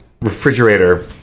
refrigerator